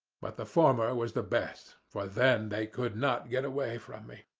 but the former was the best, for then they could not get away from me.